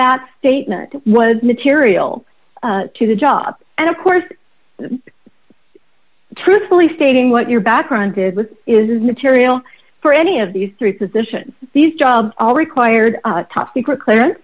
that statement was material to the job and of course truthfully stating what your background is was is material for any of these three physicians these jobs all required top secret cleara